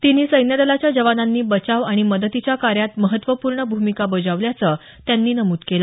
तिन्ही सैन्यदलाच्या जवानांनी बचाव आणि मदतीच्या कार्यात महत्वपूर्ण भूमिका बजावल्याचं त्यांनी नमूद केलं